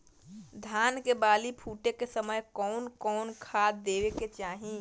धान के बाली फुटे के समय कउन कउन खाद देवे के चाही?